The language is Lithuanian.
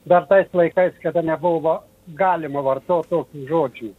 dar tais laikais kada nebuvo galima vartot tokių žodžių